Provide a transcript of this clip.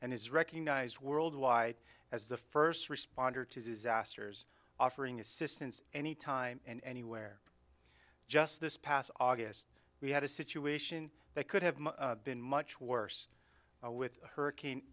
and is recognized worldwide as the first responder to disasters offering assistance anytime and anywhere just this past august we had a situation that could have been much worse with hurricane